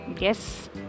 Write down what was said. Yes